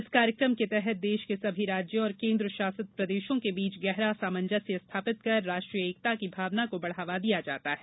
इस कार्यक्रम के तहत देश के सभी राज्यों और केन्द्रशासित प्रदेशों के बीच गहरा सामंजस्य स्थापित कर राष्ट्रीय एकता की भावना को बढ़ावा दिया जाता है